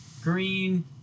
green